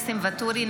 ניסים ואטורי,